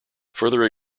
further